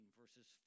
verses